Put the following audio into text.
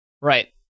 Right